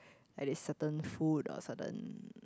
like the certain food or certain